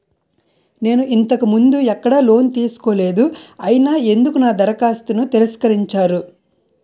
నేను ఇంతకు ముందు ఎక్కడ లోన్ తీసుకోలేదు అయినా ఎందుకు నా దరఖాస్తును తిరస్కరించారు?